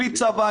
בלי צבא,